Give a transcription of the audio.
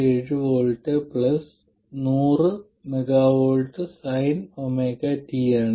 7 V 100 mV sinωt ആണ്